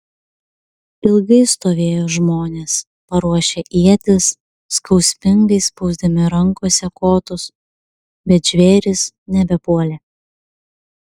ilgai stovėjo žmonės paruošę ietis skausmingai spausdami rankose kotus bet žvėrys nebepuolė